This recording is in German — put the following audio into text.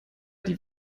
die